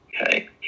Okay